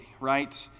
right